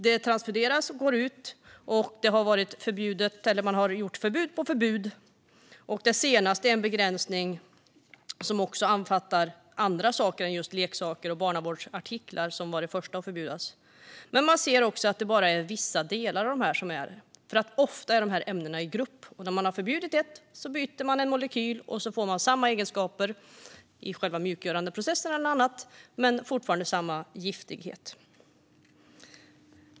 Det transporteras och går ut. Man har kommit med förbud på förbud. Det senaste är en begränsning som även omfattar andra saker än just leksaker och barnavårdsartiklar, som var det första som förbjöds. Man kan också se att det bara är vissa delar av dessa som är förbjudna. Ofta finns ämnena i grupp. När man har förbjudit ett ämne byts bara en molekyl ut, och då får man samma mjukgörande egenskaper men också samma giftighet.